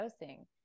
dosing